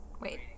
wait